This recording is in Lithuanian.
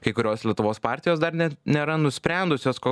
kai kurios lietuvos partijos dar net nėra nusprendusios